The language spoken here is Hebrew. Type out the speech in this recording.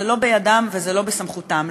זה לא בידם וזה לא בסמכותם.